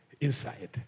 inside